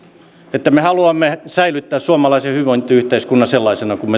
että me haluamme säilyttää suomalaisen hyvinvointiyhteiskunnan sellaisena kuin